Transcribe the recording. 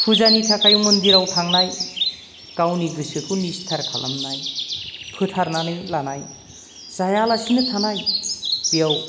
फुजानि थाखाय मन्दिराव थांनाय गावनि गोसोखौ निस्थार खालामनाय फोथारनानै लानाय जायालासिनो थानाय बेयाव